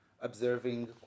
observing